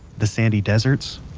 the sandy deserts,